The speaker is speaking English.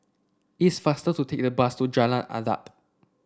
it's faster to take the bus to Jalan Adat